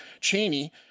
Cheney